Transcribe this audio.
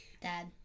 Dad